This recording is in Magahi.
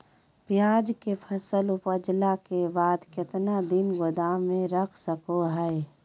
प्याज के फसल उपजला के बाद कितना दिन गोदाम में रख सको हय?